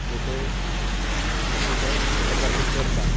photo photography करता